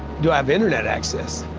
do i have internet access?